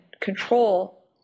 control